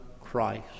Christ